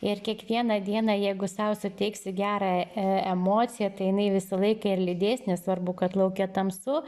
ir kiekvieną dieną jeigu sau suteiksi gerą e emociją tai jinai visą laiką ir lydės nesvarbu kad lauke tamsu